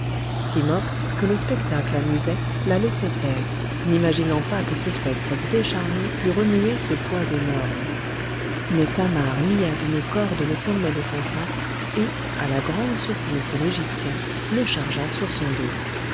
timopht que le spectacle amusait la laissait faire n'imaginant pas que ce spectre décharné pût remuer ce poids énorme mais thamar lia d'une corde le sommet de son sac et à la grande surprise de l'égyptien le chargea sur son dos